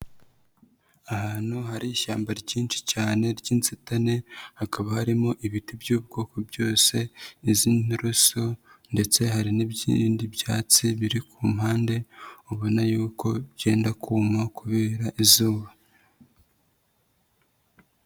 Ahantu hari ishyamba ryinshi cyane ry'inzitane, hakaba harimo ibiti by'ubwoko byose, iz'inturusu ndetse hari n'ibibindi byatsi biri ku mpande ubona yuko byenda kuma kubera izuba.